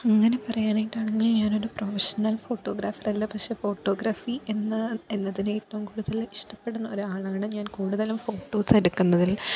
അങ്ങനെ പറയാനായിട്ടാണെങ്കിൽ ഞാനൊരു പ്രോഫഷണല് ഫോട്ടോഗ്രാഫറല്ല പക്ഷെ ഫോട്ടോഗ്രഫി എന്ന എന്നതിനെ ഇപ്പം കൂടുതൽ ഇഷ്ടപ്പെടുന്ന ഒരാളാണ് ഞാന് കൂടുതലും ഫോട്ടോസെടുക്കുന്നതില്